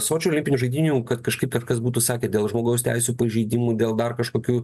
sočio olimpinių žaidynių kad kažkaip kažkas būtų sakę dėl žmogaus teisių pažeidimų dėl dar kažkokių